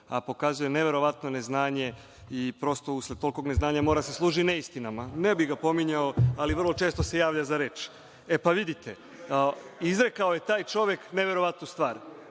a pokazuje neverovatno neznanje i prosto, usled takvog neznanja, mora da se služi neistinama. Ne bih ga pominjao, ali vrlo često se javlja za reč. Vidite, izrekao je taj čovek neverovatnu stvar.